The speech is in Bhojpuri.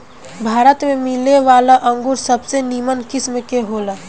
भारत में मिलेवाला अंगूर सबसे निमन किस्म के होला